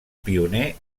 pioner